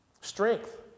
Strength